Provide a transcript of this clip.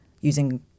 using